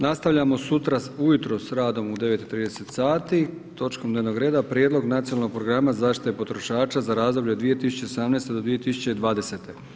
Nastavljamo sutra ujutro sa radom u 9,30 sati točkom dnevnog reda Prijedlog nacionalnog programa zaštite potrošača za razdoblje od 2018. do 2020.